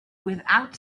without